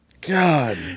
God